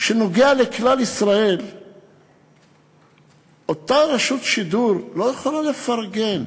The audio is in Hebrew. שנוגע לכלל ישראל אותה רשות שידור לא יכולה לפרגן,